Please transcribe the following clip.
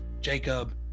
jacob